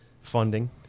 funding